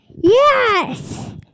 Yes